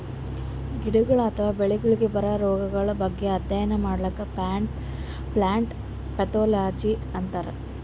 ಗಿಡ ಅಥವಾ ಬೆಳಿಗೊಳಿಗ್ ಬರದ್ ರೊಗಗಳ್ ಬಗ್ಗೆ ಅಧ್ಯಯನ್ ಮಾಡದಕ್ಕ್ ಪ್ಲಾಂಟ್ ಪ್ಯಾಥೊಲಜಿ ಅಂತರ್